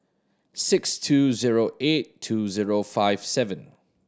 six two zero eight two zero five seven